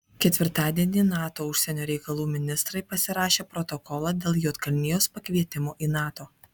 ketvirtadienį nato užsienio reikalų ministrai pasirašė protokolą dėl juodkalnijos pakvietimo į nato